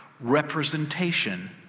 representation